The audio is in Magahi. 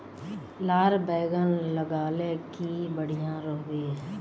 लार बैगन लगाले की बढ़िया रोहबे?